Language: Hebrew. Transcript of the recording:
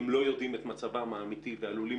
כשהם לא יודעים את מצבם האמיתי ועלולים